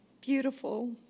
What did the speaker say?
beautiful